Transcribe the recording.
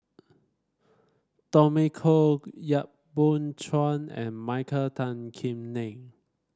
Tommy Koh Yap Boon Chuan and Michael Tan Kim Nei